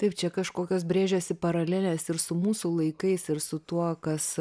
taip čia kažkokios brėžiasi paralelės ir su mūsų laikais ir su tuo kas